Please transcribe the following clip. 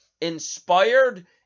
inspired